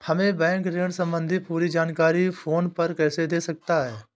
हमें बैंक ऋण संबंधी पूरी जानकारी फोन पर कैसे दे सकता है?